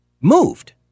moved